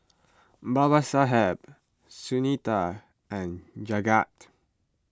Babasaheb Sunita and Jagat